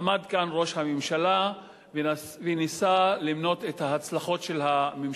עמד כאן ראש הממשלה וניסה למנות את ההצלחות של הממשלה.